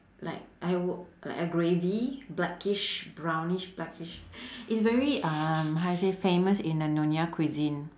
like I wou~ like a gravy blackish brownish blackish it's very um how you say famous in a nyonya cuisine